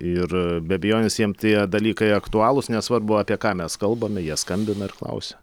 ir be abejonės jiem tie dalykai aktualūs nesvarbu apie ką mes kalbame jie skambina ir klausia